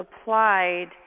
applied